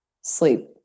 Sleep